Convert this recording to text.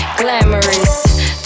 glamorous